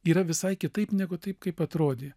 yra visai kitaip negu taip kaip atrodė